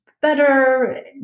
better